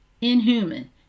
inhuman